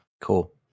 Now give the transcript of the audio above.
Cool